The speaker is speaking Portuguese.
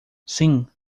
sim